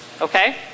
Okay